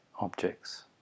objects